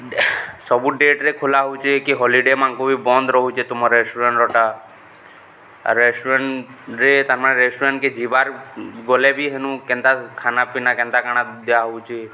ସବୁ ଡେଟ୍ରେ ଖୋଲା ହଉଚେ କି ହୋଲିଡେ' ମାନ୍କୁ ବି ବନ୍ଦ୍ ରହୁଚେ ତମର୍ ରେଷ୍ଟୁରାଣ୍ଟ୍ଟା ଆଉ ରେଷ୍ଟୁରାଣ୍ଟ୍ରେ ତାର୍ମାନେ ରେଷ୍ଟୁରାଣ୍ଟ୍କେ ଯିବାର୍ ଗଲେ ବି ହେନୁ କେନ୍ତା ଖାନାପିନା କେନ୍ତା କାଣା ଦିଆହଉଚେ